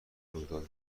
رویداد